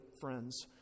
friends